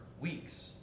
weeks